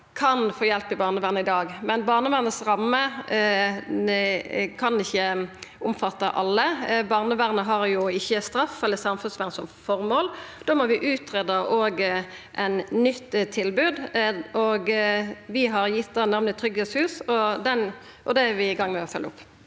kan få hjelp i barnevernet i dag, men barnevernets rammer kan ikkje omfatta alle. Barnevernet har jo ikkje straff eller samfunnsvern som føremål. Då må vi greia ut eit nytt tilbod. Vi har gitt det namnet tryggleikshus, og det er vi i gang med å følgja opp.